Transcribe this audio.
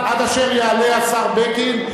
עד אשר יעלה השר בגין,